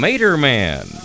Materman